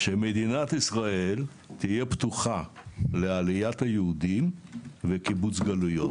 "שמדינת ישראל תהיה פתוחה לעליית היהודים וקיבוץ גלויות",